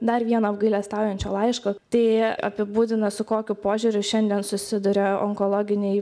dar vieno apgailestaujančio laiško tai apibūdina su kokiu požiūriu šiandien susiduria onkologiniai